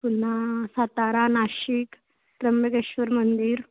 पुन्हा सातारा नाशिक त्र्यंबकेश्वर मंदिर